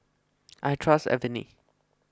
I trust Avene